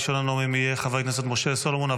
ראשון הנואמים יהיה חבר הכנסת משה סולומון.